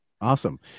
Awesome